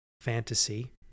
fantasy